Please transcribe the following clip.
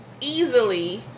easily